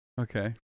Okay